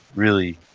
really.